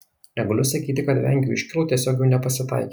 negaliu sakyti kad vengiau iškylų tiesiog jų nepasitaikė